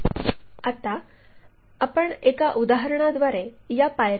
आता आपण एका उदाहरणाद्वारे या पायऱ्या पाहू